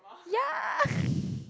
ya